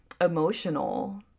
emotional